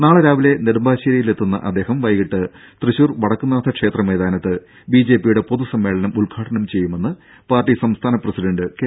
നാളെ രാവിലെ നെടുമ്പാശേരിയിൽ എത്തുന്ന അദ്ദേഹം വൈകീട്ട് തൃശൂർ വടക്കുംനാഥ ക്ഷേത്ര മൈതാനത്ത് ബിജെപിയുടെ പൊതു സമ്മേളനം ഉദ്ഘാടനം ചെയ്യുമെന്ന് പാർട്ടി സംസ്ഥാന പ്രസിഡന്റ് കെ